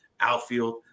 outfield